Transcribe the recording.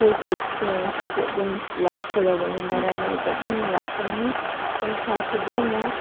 ꯑꯩꯈꯣꯏꯒꯤ ꯁꯦꯟꯁꯤꯁꯨ ꯑꯗꯨꯝ ꯂꯥꯛꯆꯔꯒꯅꯤ ꯃꯔꯅꯥꯏꯗ ꯑꯗꯨꯝ ꯂꯥꯛꯀꯅꯤ ꯄꯩꯁꯥ ꯐꯖꯅ